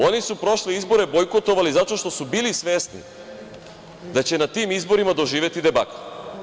Oni su prošle izbore bojkotovali zato što su bili svesni da će na tim izborima doživeti debakl.